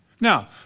Now